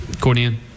Courtney